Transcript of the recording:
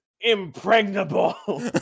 Impregnable